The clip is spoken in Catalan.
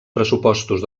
pressupostos